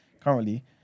Currently